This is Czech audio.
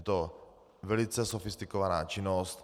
Je to velice sofistikovaná činnost.